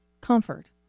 comfort